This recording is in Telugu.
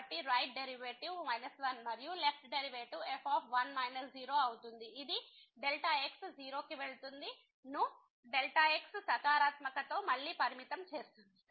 కాబట్టి రైట్ డెరివేటివ్ 1 మరియు లెఫ్ట్ డెరివేటివ్ f అవుతుంది ఇదిx→0 ను x నకారాత్మక తో మళ్ళీ పరిమితం చేస్తుంది